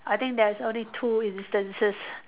I think there's only two instances